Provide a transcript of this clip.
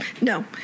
No